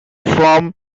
from